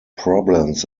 problems